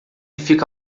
fica